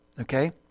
Okay